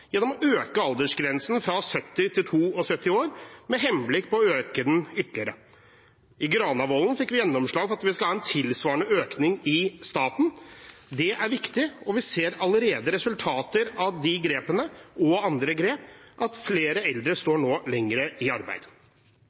gjennom å øke aldersgrensen fra 70 til 72 år, med henblikk på å øke den ytterligere. I Granavolden-plattformen fikk vi gjennomslag for at vi skal ha en tilsvarende økning i staten, og det er viktig. Vi ser allerede resultater av de grepene og andre grep: Flere eldre står nå lenger i arbeid.